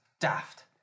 daft